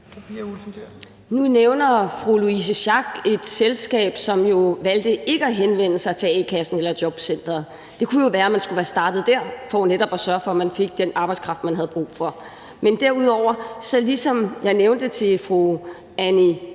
Nu nævner fru Louise Schack Elholm et selskab, som jo valgte ikke at henvende sig til a-kassen eller jobcenteret. Det kunne jo være, man skulle være startet der for netop at sørge for, at man fik den arbejdskraft, man havde brug for. Men derudover, som jeg nævnte over for fru Anni